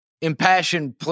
impassioned